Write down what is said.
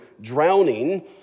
drowning